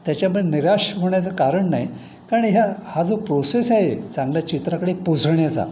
त्याच्यामुळे निराश होण्याचं कारण नाही कारण ह्या हा जो प्रोसेस आहे चांगल्या चित्राकडे पोचण्याचा